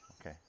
Okay